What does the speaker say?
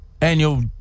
annual